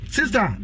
Sister